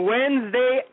Wednesday